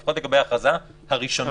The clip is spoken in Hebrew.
לפחות לגבי ההכרזה הראשונית.